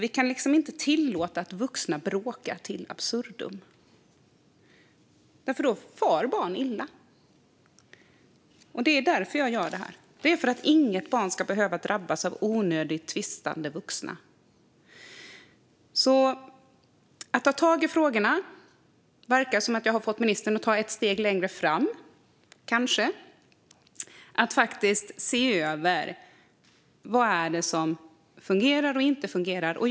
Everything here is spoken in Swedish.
Vi kan inte tillåta att vuxna bråkar in absurdum, för då far barn illa. Det är därför jag gör det här: för att inget barn ska behöva drabbas av onödigt tvistande vuxna. Det verkar som att jag kanske har fått ministern att ta ett steg längre fram mot att ta tag i frågorna och se över vad det är som fungerar och inte fungerar.